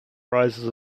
rises